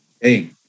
hey